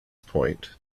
point